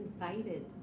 invited